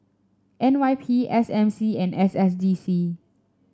N Y P S M C and S S D C